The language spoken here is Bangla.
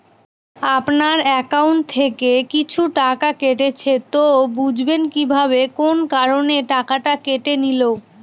আপনার একাউন্ট থেকে কিছু টাকা কেটেছে তো বুঝবেন কিভাবে কোন কারণে টাকাটা কেটে নিল?